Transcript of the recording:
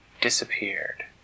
disappeared